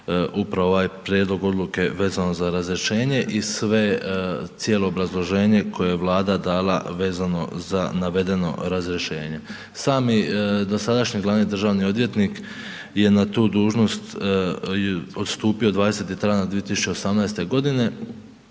upravo ovaj prijedlog odluke vezano za razrješenje i sve, cijelo obrazloženje koje je Vlada dala vezano za navedeno razrješenje. Sami dosadašnji glavni državni odvjetnik je na tu dužnost odstupio 20. travnja